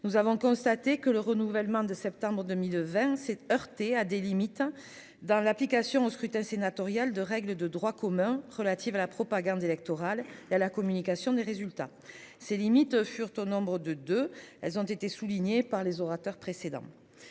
Nous avons constaté que le renouvellement de septembre 2020 s'est heurté à des limites dans l'application au scrutin sénatorial de règles de droit commun relatives à la propagande électorale il la communication des résultats. C'est limite furent au nombre de 2, elles ont été soulignée par les orateurs précédents.